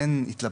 אין התלבטות.